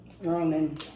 Roman